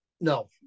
No